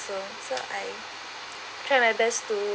also so I try my best to